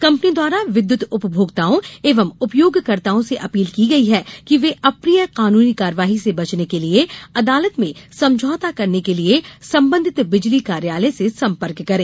company द्वारा विद्युत उपभोक्ताओं एवं उपयोगकर्ताओं से अपील की गई है कि वे अप्रिय कानूनी कार्यवाही से बचने के लिए अदालत में समझौता करने के लिए संबंधित बिजली कार्यालय से संपर्क करें